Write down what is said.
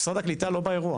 משרד הקליטה לא באירוע.